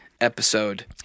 episode